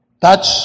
touch